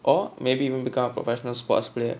or maybe even become professional sports player